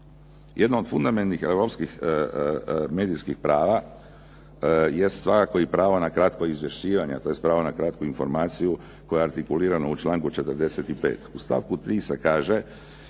Jedna od fundamelnih europskih medijskih prava je svakako i pravo na kratko izvješćivanje, tj. pravo na kratku informaciju koja je artikulirana u članku 45. U stavku 3. se kaže